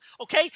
Okay